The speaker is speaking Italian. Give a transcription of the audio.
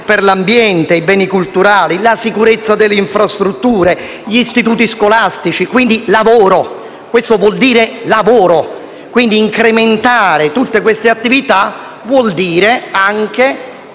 per l'ambiente e i beni culturali, la sicurezza delle infrastrutture e degli istituti scolastici. Quindi, è lavoro. Questo vuol dire lavoro. Incrementare tutte queste attività vuol dire